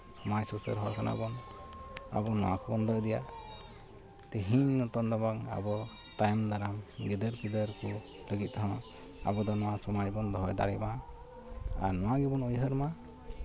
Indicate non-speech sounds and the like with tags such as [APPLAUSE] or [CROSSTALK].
ᱥᱚᱢᱟᱡᱽ ᱥᱩᱥᱟᱹᱨ ᱦᱚᱲ ᱠᱟᱱᱟ ᱵᱚᱱ ᱟᱵᱚ ᱱᱚᱣᱟ ᱠᱚᱵᱚᱱ [UNINTELLIGIBLE] ᱤᱫᱤᱭᱟ ᱛᱮᱦᱮᱧ ᱱᱤᱛᱚᱜ ᱫᱚᱵᱚᱱ ᱟᱵᱚ ᱛᱟᱭᱚᱢ ᱫᱟᱨᱟᱢ ᱜᱤᱫᱟᱹᱨ ᱯᱤᱫᱟᱹᱨ ᱞᱟᱹᱜᱤᱫ ᱛᱮᱦᱚᱸ ᱟᱵᱚ ᱫᱚ ᱱᱚᱣᱟ ᱥᱚᱢᱟᱡᱽ ᱵᱚᱱ ᱫᱚᱦᱚ ᱫᱟᱲᱮᱭᱟᱜ ᱢᱟ ᱟᱨ ᱱᱚᱣᱟ ᱜᱮᱵᱚᱱ ᱩᱭᱦᱟᱹᱨ ᱢᱟ